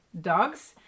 dogs